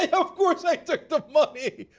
and of course i took the money.